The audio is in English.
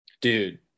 Dude